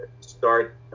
start